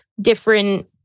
different